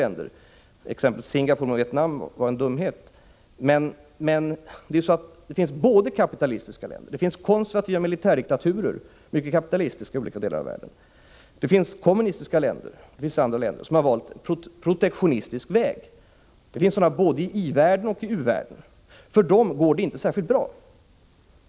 Det var exempelvis en dumhet att ställa Singapore och Vietnam mot varandra. Men det finns både kapitalistiska länder, konservativa militärdiktaturer i olika delar i världen, kommunistiska länder och andra länder som har valt en protektionistisk väg. Dessa länder finns i både ioch u-världen. För dem går det dock inte särskilt bra.